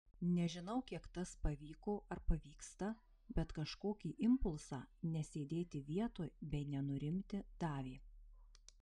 nežinau kiek tas pavyko ar pavyksta bet kažkokį impulsą nesėdėti vietoj bei nenurimti davė